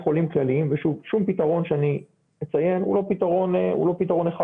שום פתרון שאני אציין הוא לא פתרון אחד,